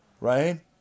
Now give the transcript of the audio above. Right